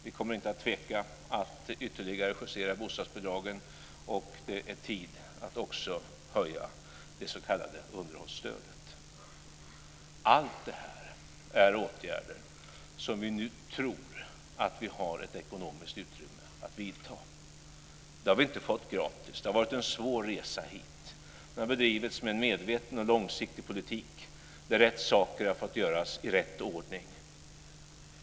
Vi kommer inte att tveka att ytterligare justera bostadsbidragen. Det är också tid att höja det s.k. underhållsstödet. Allt detta är åtgärder som vi nu tror att vi har ett ekonomiskt utrymme att vidta. Det har vi inte fått gratis. Det har varit en svår resa hit. Vi har bedrivit en medveten och långsiktig politik där rätt saker har fått göras i rätt ordning.